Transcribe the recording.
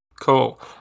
Cool